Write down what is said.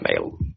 mail